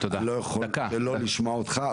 אני לא יכול שלא לשמוע אותך,